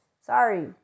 Sorry